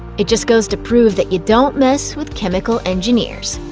it just goes to prove that you don't mess with chemical engineers.